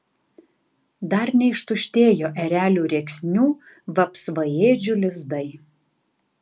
dar neištuštėjo erelių rėksnių vapsvaėdžių lizdai